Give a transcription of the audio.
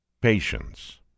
Patience